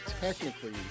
technically